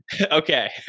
Okay